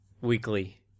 weekly